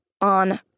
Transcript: on